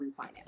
refinance